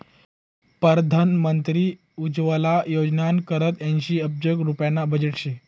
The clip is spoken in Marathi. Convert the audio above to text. परधान मंत्री उज्वला योजनाना करता ऐंशी अब्ज रुप्याना बजेट शे